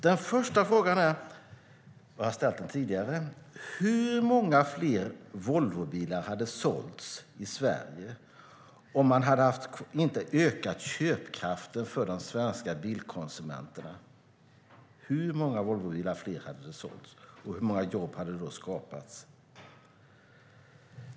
Den första kontrollfrågan, som jag ställt tidigare, är: Hur många fler Volvobilar hade det sålts i Sverige om vi inte ökat köpkraften för de svenska bilkonsumenterna? Hur många fler Volvobilar hade det sålts, och hur många jobb hade då skapats?